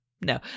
No